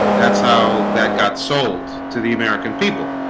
that's how that got sold to the american people